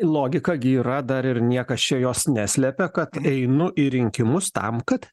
logika gi yra dar ir niekas čia jos neslepia kad einu į rinkimus tam kad